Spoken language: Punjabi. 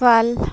ਕੱਲ